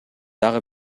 дагы